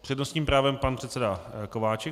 S přednostním právem pan předseda Kováčik.